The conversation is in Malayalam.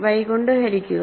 Y കൊണ്ട് ഹരിക്കുക